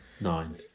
Nine